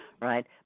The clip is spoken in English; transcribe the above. right